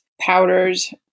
powders